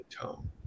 tone